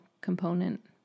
component